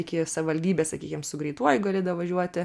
iki savivaldybės sakykim su greituoju gali davažiuoti